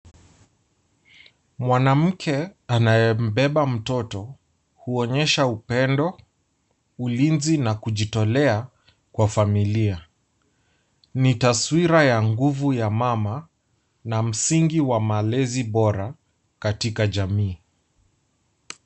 Mwanamke anayembeba mtoto, huonyesha upendo, ulinzi na kujitolea kwa familia. Ni taswira ya nguvu ya mama na msingi wa malezi bora katika jamii.